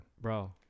Bro